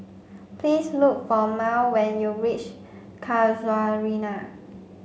please look for Mal when you reach Casuarina